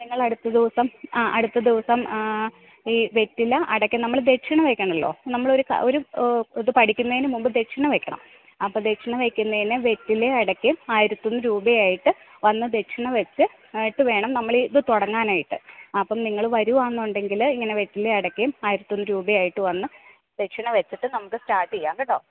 നിങ്ങൾ അടുത്ത ദിവസം ആ അടുത്ത ദിവസം ഈ വെറ്റില അടയ്ക്ക നമ്മൾ ദക്ഷിണ വയ്ക്കണമല്ലോ നമ്മൾ ഒരു ഒരു ഇത് പഠിക്കുന്നതിന് മുമ്പ് ദക്ഷിണ വയ്ക്കണം അപ്പം ദക്ഷിണ വയ്ക്കുന്നതിന് വെറ്റിലയും അടയ്ക്കയും ആയിരത്തി ഒന്ന് രൂപയും ആയിട്ട് വന്ന് ദക്ഷിണ വച്ച് ഇട്ട് വേണം നമ്മൾ ഈ ഇത് തുടങ്ങാനായിട്ട് അപ്പം നിങ്ങൾ വരുവാണെന്ന് ഉണ്ടെങ്കിൽ ഇങ്ങനെ വെറ്റിലയും അടക്കയും ആയിരത്തി ഒന്ന് രൂപയും ആയിട്ട് വന്ന് ദക്ഷിണ വച്ചിട്ട് നമുക്ക് സ്റ്റാർട്ട് ചെയ്യാം കേട്ടോ